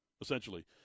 essentially